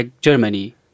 Germany